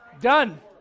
Done